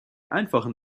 einfachen